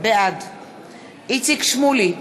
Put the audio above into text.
בעד איציק שמולי,